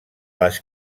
les